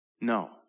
no